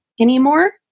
anymore